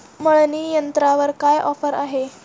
मळणी यंत्रावर काय ऑफर आहे?